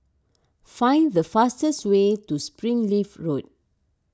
find the fastest way to Springleaf Road